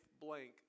blank